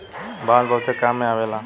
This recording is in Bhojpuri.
बांस बहुते काम में अवेला